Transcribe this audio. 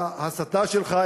ההסתה שלך,